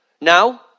Now